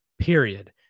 period